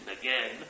Again